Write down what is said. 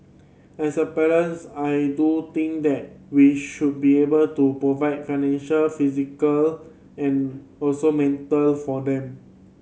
as a parent I do think that we should be able to provide financial physical and also mental for them